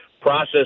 process